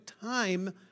time